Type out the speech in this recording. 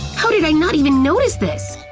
how did i not even notice this?